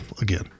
again